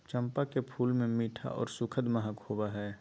चंपा के फूल मे मीठा आर सुखद महक होवो हय